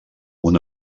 una